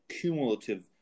cumulative